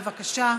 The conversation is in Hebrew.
בבקשה.